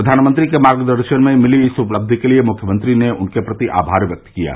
प्रधानमंत्री के मार्गदर्शन में मिली इस उपलब्धि के लिए मुख्यमंत्री ने उनके प्रति आमार व्यक्त किया है